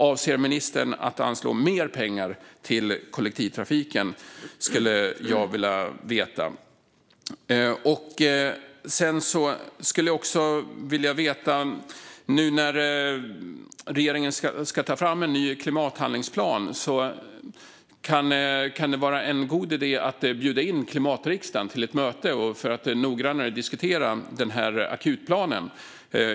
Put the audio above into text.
Avser ministern att anslå mer pengar till kollektivtrafiken? Det skulle jag vilja veta. Nu när regeringen ska ta fram en ny klimathandlingsplan kan det vara en god idé att bjuda in Klimatriksdagen till ett möte för att noggrannare diskutera akutplanen.